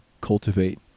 cultivate